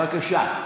בבקשה.